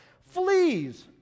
Fleas